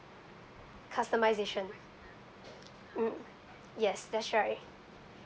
customisation mm yes that's right